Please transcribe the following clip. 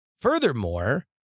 Furthermore